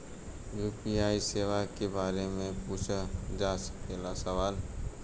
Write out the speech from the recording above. UPI सेवा के बारे में पूछ जा सकेला सवाल?